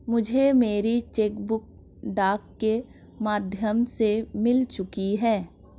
मुझे मेरी cheque book डाक के माध्यम से मिल चुकी है